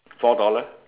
four dollar